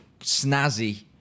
snazzy